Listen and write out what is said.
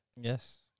Yes